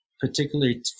particularly